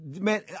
man